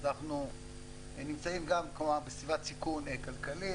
אז אנחנו נמצאים גם בסביבת סיכון כלכלי,